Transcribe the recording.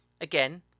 Again